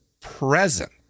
present